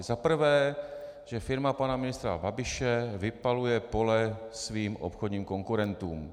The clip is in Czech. Za prvé, že firma pana ministra Babiše vypaluje pole svým obchodním konkurentům.